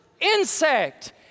Insect